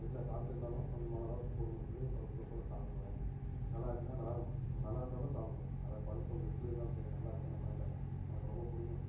வீட்டில் சாப்பிட்டு இருந்தாலும் கொஞ்சமாதாச்சும் போடுங்கன்னு சொல்லி பருப்பு குழம்போட சாப்பிட்ருவேன் நல்லாருந்துச்சின்னால் நல்லாரு நல்லா இருந்தாலும் சாப்பிடுவேன் அதுதான் பருப்பு குழம்பு எப்படி இருந்தாலும் சரி நல்லாருக்குது நல்லா இல்லை எனக்கு ரொம்ப பிடிக்கும்